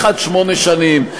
באחד שמונה שנים,